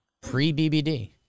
Pre-BBD